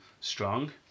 Strong